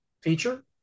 feature